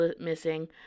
missing